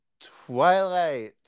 Twilight